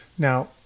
Now